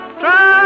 try